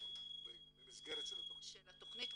במסגרת של התכנית.